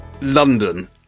London